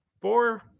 four